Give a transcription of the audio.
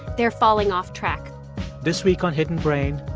they're falling off track this week on hidden brain,